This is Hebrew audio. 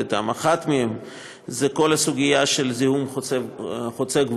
אתן: אחת מהן היא כל הסוגיה של זיהום חוצה גבולות,